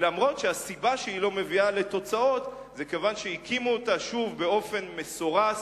אף שהיא לא מביאה תוצאות כי באופן שהקימו אותה היא מסורסת,